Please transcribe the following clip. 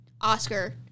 Oscar